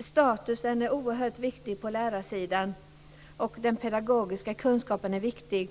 Statusen är oerhört viktig på lärarsidan, och den pedagogiska kunskapen är viktig.